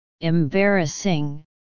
embarrassing